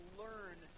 learn